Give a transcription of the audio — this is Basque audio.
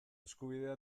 eskubidea